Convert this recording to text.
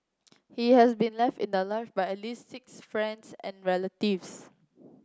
he has been left in the lurch by at least six friends and relatives